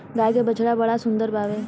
गाय के बछड़ा बड़ा सुंदर बावे